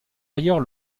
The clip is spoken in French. ailleurs